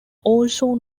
also